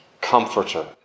comforter